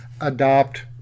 adopt